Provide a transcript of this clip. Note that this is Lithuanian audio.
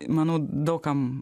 manau daug kam